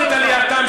חבר הכנסת,